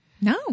no